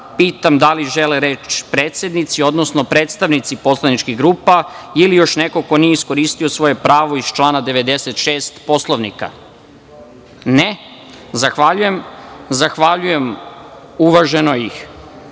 pitam da li žele reč predsednici, odnosno predstavnici poslaničkih grupa ili još neko ko nije iskoristio svoje pravo iz člana 96. Poslovnika? (Ne)Zahvaljujem. Zahvaljujem